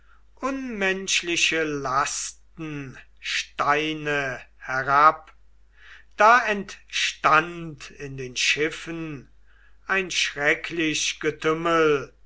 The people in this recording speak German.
unmenschliche lasten steine herab da entstand in den schiffen ein schrecklich getümmel